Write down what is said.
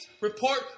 report